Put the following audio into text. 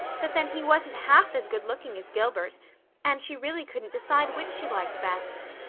but then he wasn't half as good-looking as gilbert and she really couldn't decide which she liked best!